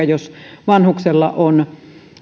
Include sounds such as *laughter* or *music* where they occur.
*unintelligible* jos esimerkiksi vanhuksella on